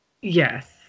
Yes